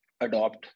adopt